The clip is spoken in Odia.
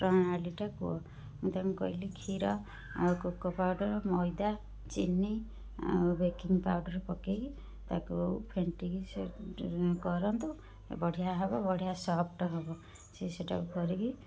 ପ୍ରଣାଳୀଟା କୁହ ମୁଁ ତାଙ୍କୁ କହିଲି କ୍ଷୀର ଆଉ କୋକୋ ପାଉଡ଼ର ମଇଦା ଚିନି ଆଉ ବେକିଙ୍ଗ ପାଉଡ଼ର ପକେଇକି ତାଙ୍କୁ ଫେଣ୍ଟିକି କରନ୍ତୁ ବଢ଼ିଆ ହେବ ବଢ଼ିଆ ସଫ୍ଟ ହେବ ସେ ସେଇଟାକୁ କରିକି